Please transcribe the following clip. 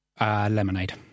Lemonade